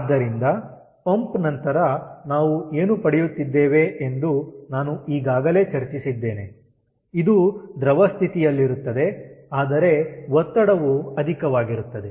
ಆದ್ದರಿಂದ ಪಂಪ್ ನಂತರ ನಾವು ಏನು ಪಡೆಯುತ್ತಿದ್ದೇವೆ ಎಂದು ನಾನು ಈಗಾಗಲೇ ಚರ್ಚಿಸಿದ್ದೇನೆ ಇದು ದ್ರವ ಸ್ಥಿತಿಯಲ್ಲಿರುತ್ತದೆ ಆದರೆ ಒತ್ತಡವು ಅಧಿಕವಾಗಿರುತ್ತದೆ